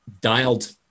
Dialed